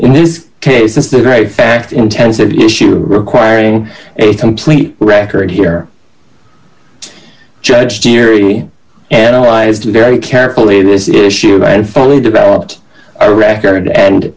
in this case is the very fact intensive issue requiring a complete record here judge geary analyzed very carefully this issue fully developed a record and